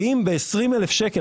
האם ב-20,000 שקלים,